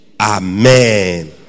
Amen